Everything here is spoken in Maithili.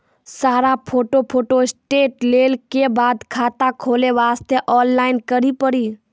सारा फोटो फोटोस्टेट लेल के बाद खाता खोले वास्ते ऑनलाइन करिल पड़ी?